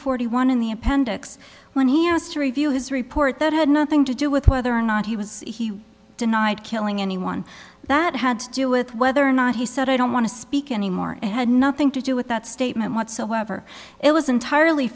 forty one in the appendix when he asked to review his report that had nothing to do with whether or not he was he denied killing anyone that had to do with whether or not he said i don't want to speak anymore and had nothing to do with that statement whatsoever it was entirely